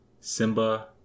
Simba